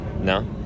No